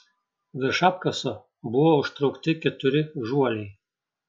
virš apkaso buvo užtraukti keturi žuoliai